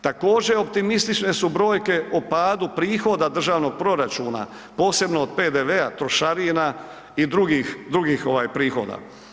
Također su optimistične brojke o padu prihoda državnog proračuna, posebno od PDV-a, trošarina i drugih prihoda.